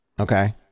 okay